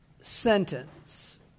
sentence